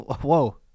Whoa